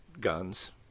guns